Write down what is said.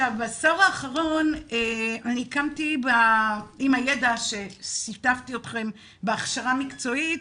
בעשור האחרון אני הקמתי עם הידע ששיתפתי אתכם בהכשרה מקצועית,